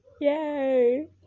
Yay